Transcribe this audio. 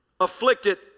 afflicted